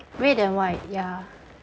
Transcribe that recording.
red and white ya